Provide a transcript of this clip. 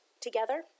together